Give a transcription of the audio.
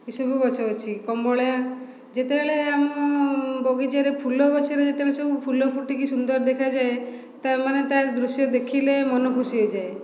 ଏସବୁ ଗଛ ଅଛି କମଳା ଯେତେବେଳେ ଆମ ବଗିଚାରେ ଫୁଲ ଗଛରେ ଯେତେବେଳେ ସବୁ ଫୁଲ ଫୁଟିକି ସୁନ୍ଦର ଦେଖାଯାଏ ତା ମାନେ ତା ଦୃଶ୍ୟ ଦେଖିଲେ ମନ ଖୁସି ହୋଇଯାଏ